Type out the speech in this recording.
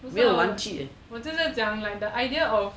没有玩具 leh